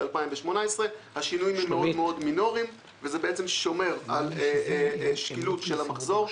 2018. השינויים הם מאוד מינוריים וזה שומר על שקילות של המחזור,